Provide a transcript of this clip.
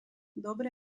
dobré